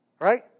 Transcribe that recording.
Right